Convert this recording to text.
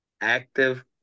Active